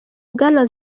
bwana